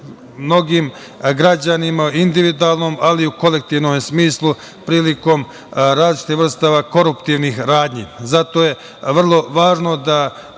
mnogim građanima u individualnom, ali i u kolektivnom smislu prilikom različitih vrsta koruptivnih radnji. Zato je vrlo važno da